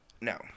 No